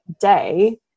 day